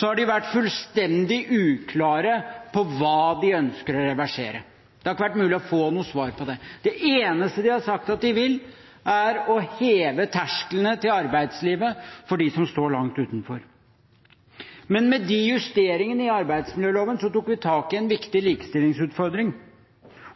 har de vært fullstendig uklare på hva de ønsker å reversere. Det har ikke vært mulig å få noe svar på det. Det eneste de har sagt at de vil, er å heve terskelen til arbeidslivet for dem som står langt utenfor. Men med de justeringene i arbeidsmiljøloven tok vi tak i en viktig likestillingsutfordring,